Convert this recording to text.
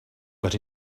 but